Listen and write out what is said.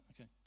okay